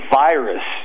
virus